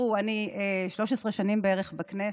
אני 13 שנים בערך בכנסת,